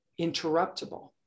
interruptible